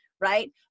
Right